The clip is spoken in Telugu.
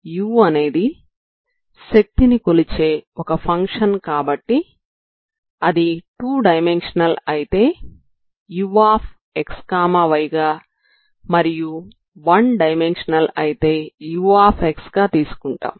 u అనేది శక్తిని కొలిచే ఒక ఫంక్షన్ కాబట్టి అది టూ డైమెన్షనల్ అయితే uxy గా మరియు వన్ డైమెన్షనల్ అయితే u గా తీసుకుంటాం